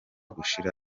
gushira